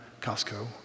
Costco